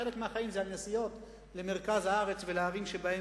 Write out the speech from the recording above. חלק מהחיים זה הנסיעות למרכז הארץ ולערים שבהן